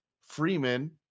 Freeman